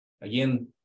Again